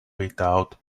without